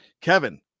Kevin